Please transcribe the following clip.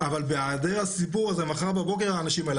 אבל בהיעדר הסיפור הזה מחר בבוקר האנשים האלה,